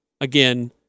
Again